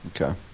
Okay